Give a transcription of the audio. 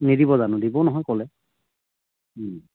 নিদিব জানো দিব নহয় ক'লে